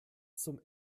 zum